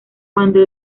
cuando